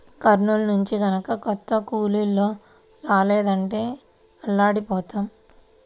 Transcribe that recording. కర్నూలు నుంచి గనక కొత్త కూలోళ్ళు రాలేదంటే అల్లాడిపోతాం